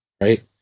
right